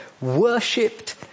worshipped